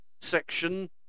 section